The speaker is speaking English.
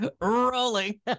rolling